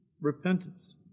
repentance